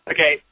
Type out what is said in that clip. Okay